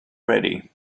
ready